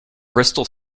bristol